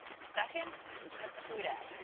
second we put the food out,